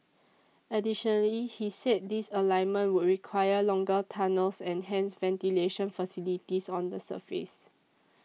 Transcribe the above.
additionally he said this alignment will require longer tunnels and hence ventilation facilities on the surface